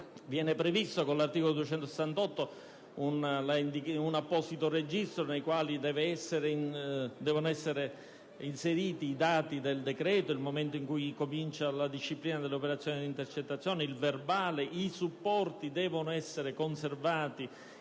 viene previsto un apposito registro nel quale devono essere annotati i dati del decreto, il momento in cui comincia la disciplina delle operazioni d'intercettazione, il verbale; i supporti devono essere conservati